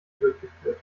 durchgeführt